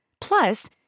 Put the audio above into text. Plus